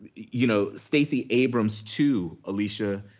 you know stacey abrams, too, alicia,